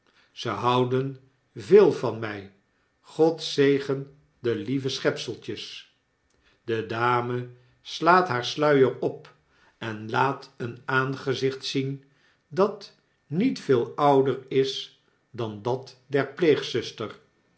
ze houden veel van mij god zegen de lieve schepseltjes de dame slaat haar sluier op en laat een aangezicht zien dat niet veel ouder is dan dat